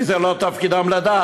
כי זה לא תפקידם לדעת.